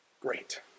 Great